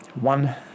one